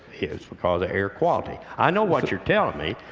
it's because of air quality. i know what you're telling me,